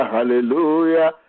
Hallelujah